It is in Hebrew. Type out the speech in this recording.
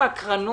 רצינו לקיים דון.